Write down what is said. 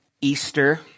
Easter